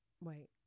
Wait